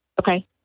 Okay